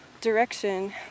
direction